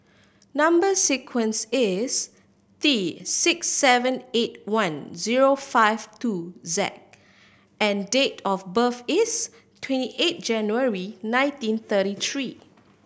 number sequence is T six seven eight one zero five two Z and date of birth is twenty eight January nineteen thirty three